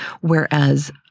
Whereas